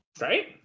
Right